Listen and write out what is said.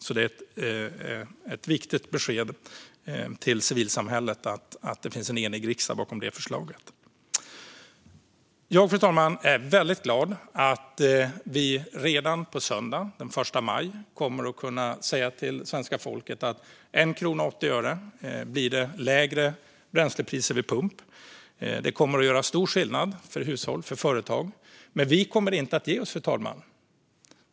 Det är alltså ett viktigt besked till civilsamhället att det finns en enig riksdag bakom det förslaget. Fru talman! Jag är väldigt glad att vi redan på söndag, den 1 maj, kommer att kunna säga till svenska folket att bränslepriset vid pump har blivit 1 krona och 80 öre lägre. Detta kommer att göra stor skillnad för hushåll och företag. Men vi kommer inte att ge oss, fru talman.